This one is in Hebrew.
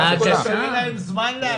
רצו שיהיה להם זמן להגיש.